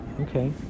okay